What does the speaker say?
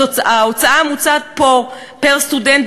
ההוצאה הממוצעת פה פר-סטודנט,